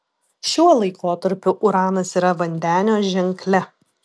šiuo laikotarpiu uranas yra vandenio ženkle